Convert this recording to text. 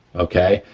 okay,